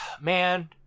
Man